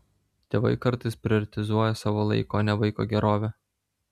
tėvai kartais prioritizuoja savo laiką o ne vaiko gerovę